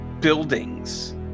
buildings